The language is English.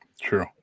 True